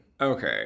Okay